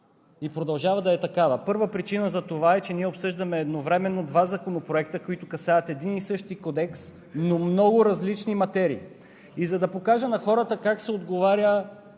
и продължава да е такава. Първа причина за това е, че ние обсъждаме едновременно два законопроекта, които касаят един и същи кодекс, но много различни материи. За да покажа на хората как се отговаря